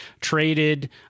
traded